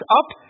up